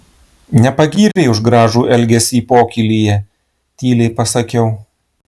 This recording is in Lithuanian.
nepagyrei už gražų elgesį pokylyje tyliai pasakau